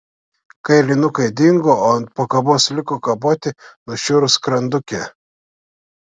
kailinukai dingo o ant pakabos liko kaboti nušiurus skrandukė